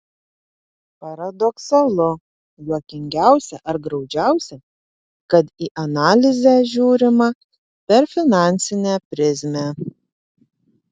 paradoksalu juokingiausia ar graudžiausia kad į analizę žiūrima per finansinę prizmę